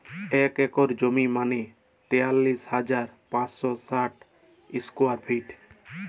এক একর জমি মানে তেতাল্লিশ হাজার পাঁচশ ষাট স্কোয়ার ফিট